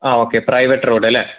ആ okay private റോഡല്ലേ